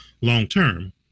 long-term